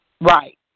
Right